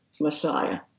Messiah